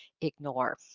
ignore